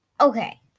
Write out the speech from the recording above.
okay